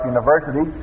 University